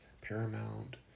Paramount